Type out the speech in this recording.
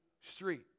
street